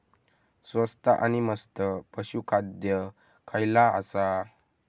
स्वस्त आणि मस्त पशू खाद्य खयला आसा?